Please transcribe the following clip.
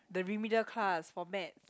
the remedial class for maths